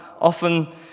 often